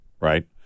right